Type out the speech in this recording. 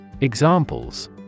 Examples